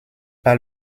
pas